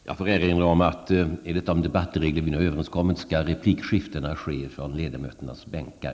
Jag får erinra om att enligt de debattregler vi nu har kommit överens om, skall replikskiftena ske från ledamöternas bänkar.